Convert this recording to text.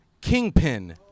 Kingpin